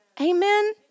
amen